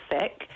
sick